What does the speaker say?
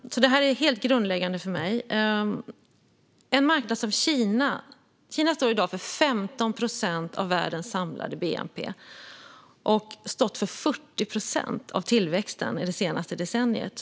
Detta är helt grundläggande för mig. Kina står i dag för 15 procent av världens samlade bnp och har stått för 40 procent av tillväxten under det senaste decenniet.